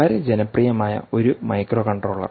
വളരെ ജനപ്രിയമായ ഒരു മൈക്രോകൺട്രോളർ